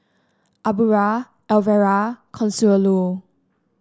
Aubra Alvera Consuelo